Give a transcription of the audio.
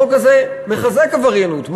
החוק הזה מחזק עבריינות,